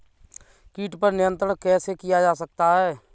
कीट पर नियंत्रण कैसे किया जा सकता है?